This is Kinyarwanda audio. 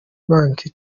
banki